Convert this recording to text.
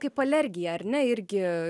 kaip alergija ar ne irgi